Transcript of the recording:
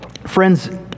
Friends